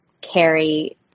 carry